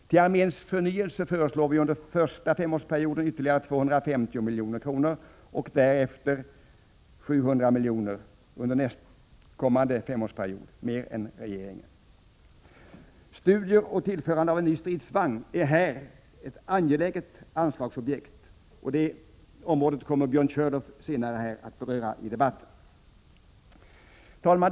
Till arméns förnyelse föreslår vi för den första femårsperioden ytterligare 250 milj.kr. För nästa femårsperiod föreslår vi 700 milj.kr. mer än regeringen. Studier och tillförande av en ny stridsvagn är här ett angeläget anslagsobjekt. Detta område kommer Björn Körlof senare i debatten att beröra. Herr talman!